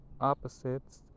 opposites